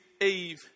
Eve